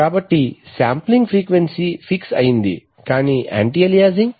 కాబట్టి sampling frequency fix అయింది కాని యాంటీ అలియాసింగ్